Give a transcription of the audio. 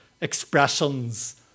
expressions